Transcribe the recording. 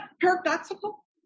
paradoxical